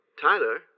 Tyler